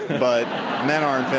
but men aren't